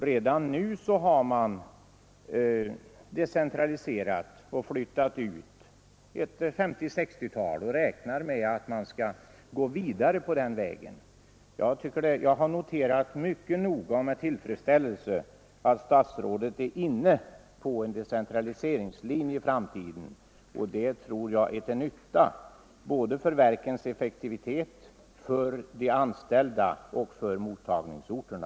Redan nu har man emellertid decentraliserat och flyttat ut ett 50—60-tal och räknar med att kunna gå vidare på den vägen. Jag har mycket noga och med tillfredsställelse noterat att statsrådet är inne på tanken om en decentraliseringslinje i framtiden. Detta tror jag blir till nytta såväl för verkens effektivitet som för de anställda och för mottagningsorterna.